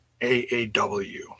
AAW